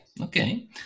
okay